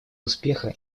успеха